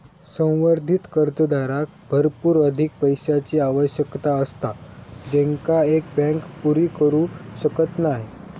संवर्धित कर्जदाराक भरपूर अधिक पैशाची आवश्यकता असता जेंका एक बँक पुरी करू शकत नाय